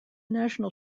national